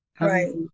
Right